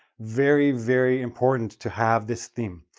very, very important to have this theme.